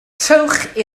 trowch